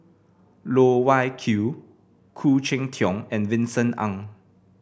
Loh Wai Kiew Khoo Cheng Tiong and Vincent Ng